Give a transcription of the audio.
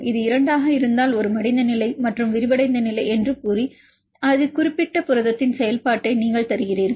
இது 2 ஆக இருந்தால் ஒரு மடிந்த நிலை மற்றும் விரிவடைந்த நிலை என்று கூறி அந்த குறிப்பிட்ட புரதத்தின் செயல்பாட்டை நீங்கள் தருகிறீர்கள்